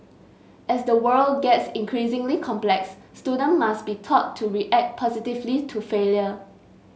as the world gets increasingly complex student must be taught to react positively to failure